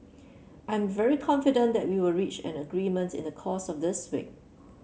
I'm very confident that we will reach an agreement in the course of this week